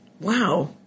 Wow